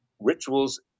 rituals